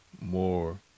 more